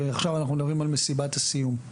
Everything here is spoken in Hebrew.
ועכשיו אנחנו מדברים על מסיבת הסיום.